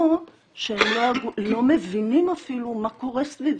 או שהם לא מבינים אפילו מה קורה סביבם,